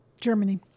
Germany